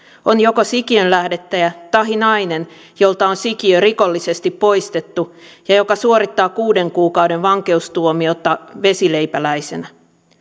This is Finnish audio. on joko sikiönlähdettäjä tahi nainen jolta on sikiö rikollisesti poistettu ja joka suorittaa kuuden kuukauden vankeustuomiota vesileipäläisenä